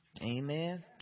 amen